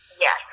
Yes